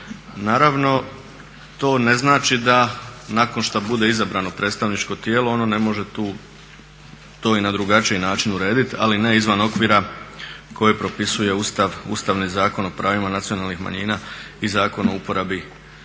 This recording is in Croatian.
Naravno to ne znači da nakon što bude izabran u predstavničko tijelo ono ne može to i na drugačiji način urediti ali ne izvan okvira koje propisuje Ustav, Ustavni zakon o pravima nacionalnih manjina i Zakon o uporabi jezika